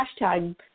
hashtag